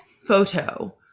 photo